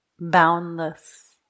boundless